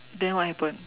then what happened